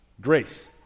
Grace